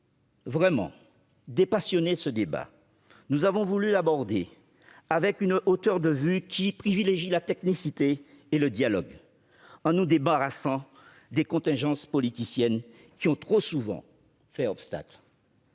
souhaité dépassionner ce débat. Nous avons voulu l'aborder avec une hauteur de vue qui privilégie la technicité et le dialogue, en nous débarrassant des contingences politiciennes qui ont trop souvent fait obstacle.